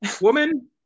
Woman